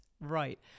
Right